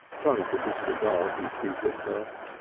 trying to disregard his deeper self.